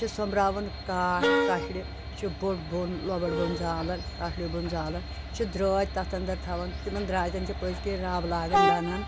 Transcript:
چھِ سوٚمبراوان کاٹھ کشڑِ چھِ بوٚٹھ بۄن لۄبڑ بۄن زالان کشڑِ بۄن زاالن یہِ چھِ درٛٲتۍ تَتھ اَنٛدر تھاوان تِمن درٛاتؠن چھِ پٔتۍ کِنٛۍ رَب لاگَن دَنَن